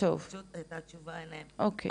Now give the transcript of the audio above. זאת פשוט הייתה תשובה אליהן --- אוקיי.